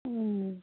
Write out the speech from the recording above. ও